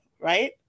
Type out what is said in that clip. right